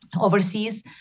overseas